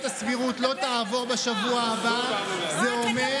זה אתם, אתם.